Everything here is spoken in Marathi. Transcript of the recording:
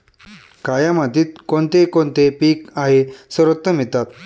काया मातीत कोणते कोणते पीक आहे सर्वोत्तम येतात?